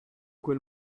quel